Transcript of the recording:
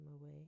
away